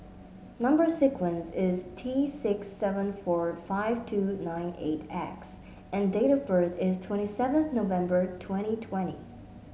number sequence is T six seven four five two nine eight X and date of birth is twenty seven November twenty twenty